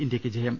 ഇന്ത്യക്ക് ജയം